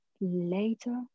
later